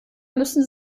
müssen